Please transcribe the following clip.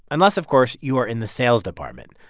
unless, of course, you are in the sales department.